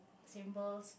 symbols